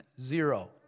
Zero